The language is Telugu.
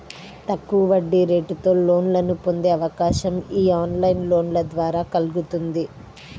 తక్కువ వడ్డీరేటుతో లోన్లను పొందే అవకాశం యీ ఆన్లైన్ లోన్ల ద్వారా కల్గుతుంది